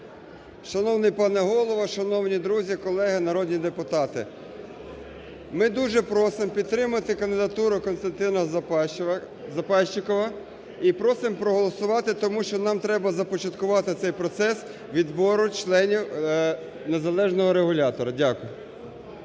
Шановний пане Голово, шановні друзі колеги народні депутати! Ми дуже просимо підтримати кандидатуру Костянтина Запайщикова і просимо проголосувати, тому що нам треба започаткувати цей процес відбору членів незалежного регулятора. Дякую.